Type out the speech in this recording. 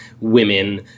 women